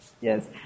Yes